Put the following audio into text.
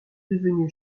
devenu